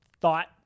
thought